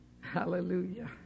Hallelujah